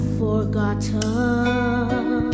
forgotten